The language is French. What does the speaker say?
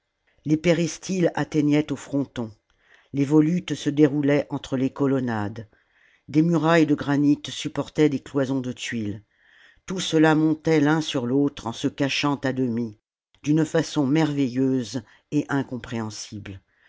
les péristyles atteignaient aux frontons les volutes se déroulaient entre les colonnades des murailles de granit supportaient des cloisons de tuile tout cela montait fun sur l'autre en se cachant à demi d'une façon merveilleuse et incompréhensible